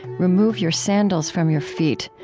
remove your sandals from your feet,